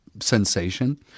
sensation